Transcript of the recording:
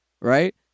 Right